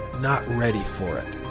not ready for it,